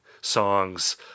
songs